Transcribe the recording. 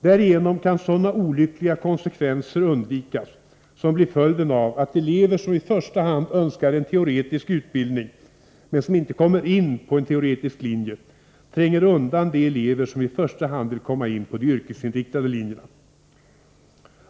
Därigenom kan man undvika de olyckliga konsekvenserna av att elever som i första hand önskar en teoretisk utbildning, men som inte kommer in på en teoretisk linje, tränger undan de elever som i första hand vill komma in på de yrkesinriktade linjerna.